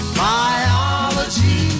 biology